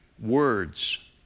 Words